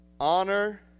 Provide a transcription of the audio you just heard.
honor